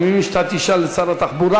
אני מבין שאתה תשאל את שר התחבורה.